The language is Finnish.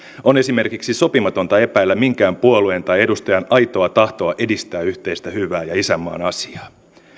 on esimerkiksi sopimatonta epäillä minkään puolueen tai edustajan aitoa tahtoa edistää yhteistä hyvää ja isänmaan asiaa